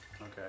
okay